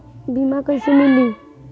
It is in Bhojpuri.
बीमा कैसे मिली?